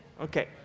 Okay